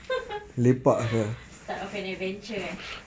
start of an adventure eh